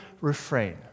refrain